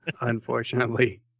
unfortunately